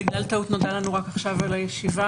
בגלל טעות נודע לנו רק עכשיו על הישיבה,